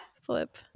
flip